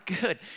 good